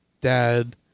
dad